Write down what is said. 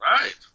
right